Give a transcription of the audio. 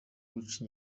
guca